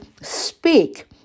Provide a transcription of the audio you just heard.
speak